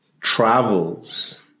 travels